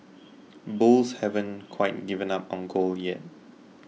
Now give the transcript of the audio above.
bulls haven't quite given up on gold yet